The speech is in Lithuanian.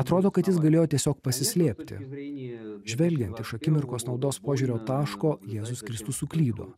atrodo kad jis galėjo tiesiog pasislėpti žvelgiant iš akimirkos naudos požiūrio taško jėzus kristus suklydo